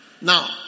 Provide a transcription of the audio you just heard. Now